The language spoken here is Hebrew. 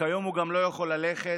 כיום הוא גם לא יכול ללכת,